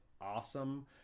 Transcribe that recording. awesome